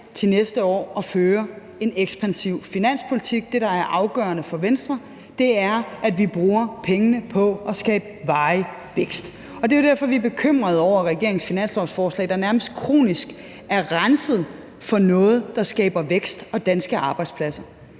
til næste år at føre en ekspansiv finanspolitik. Det, der er afgørende for Venstre, er, at vi bruger pengene på at skabe varig vækst, og det er jo derfor, vi er bekymrede over regeringens finanslovsforslag, der nærmest er klinisk renset for noget, der skaber vækst og danske arbejdspladser.